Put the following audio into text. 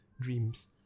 dreams